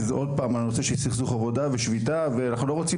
עוד פעם על נושא של סכסוך עבודה ושביתה ואנחנו לא רוצים